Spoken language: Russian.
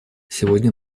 сегодня